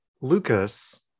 lucas